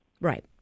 Right